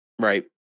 Right